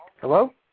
Hello